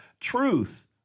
truth